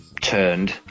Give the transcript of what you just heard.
Turned